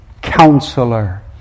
Counselor